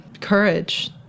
courage